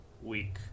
week